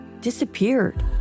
disappeared